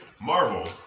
Marvel